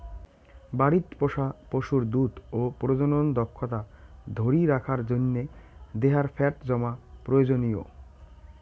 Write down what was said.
বাড়িত পোষা পশুর দুধ ও প্রজনন দক্ষতা ধরি রাখার জইন্যে দেহার ফ্যাট জমা প্রয়োজনীয়